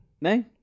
no